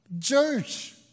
Church